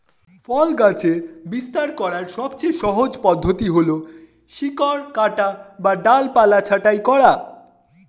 ফল গাছের বিস্তার করার সবচেয়ে সহজ পদ্ধতি হল শিকড় কাটা বা ডালপালা ছাঁটাই করা